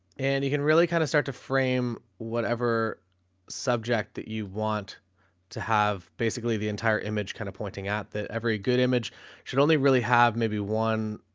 and you can really kind of start to frame whatever subject that you want to have. basically the entire image kind of pointing out that every good image, you should only really have maybe one,